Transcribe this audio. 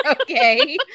Okay